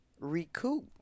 recoup